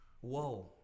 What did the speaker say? Whoa